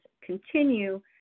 continue